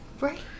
Right